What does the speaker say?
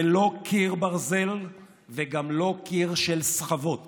זה לא קיר ברזל וגם לא קיר של סחבות